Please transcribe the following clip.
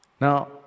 Now